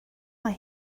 mae